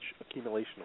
accumulation